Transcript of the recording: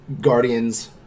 Guardians